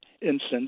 incense